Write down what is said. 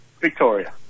Victoria